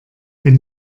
wenn